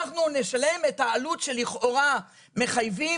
אנחנו נשלם את העלות שלכאורה מחייבים